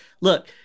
Look